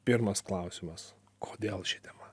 pirmas klausimas kodėl ši tema